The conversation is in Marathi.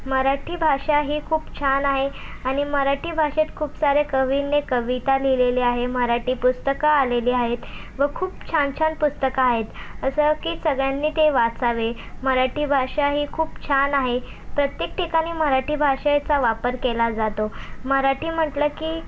मराठी भाषा ही खूप छान आहे आणि मराठी भाषेत खूप साऱ्या कवींनी कविता लिहिलेल्या आहे मराठी पुस्तकं आलेली आहेत व खूप छान छान पुस्तकं आहेत असं की सगळ्यांनी ते वाचावे मराठी भाषा ही खूप छान आहे प्रत्येक ठिकाणी मराठी भाषेचा वापर केला जातो मराठी म्हटलं की